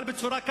אבל בצורה,